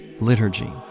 liturgy